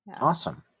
Awesome